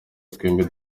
twembi